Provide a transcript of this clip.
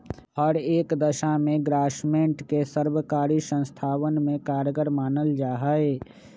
हर एक दशा में ग्रास्मेंट के सर्वकारी संस्थावन में कारगर मानल जाहई